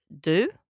du